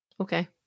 Okay